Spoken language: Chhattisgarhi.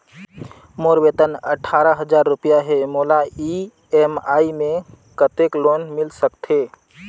मोर वेतन अट्ठारह हजार रुपिया हे मोला ई.एम.आई मे कतेक लोन मिल सकथे?